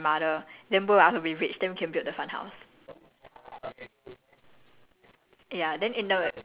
okay okay so I pass the four D number right to your father and my mother then both of us will be rich then we can build the fun house